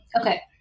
Okay